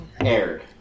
aired